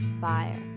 Fire